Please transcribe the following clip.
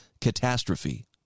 catastrophe